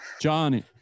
Johnny